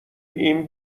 این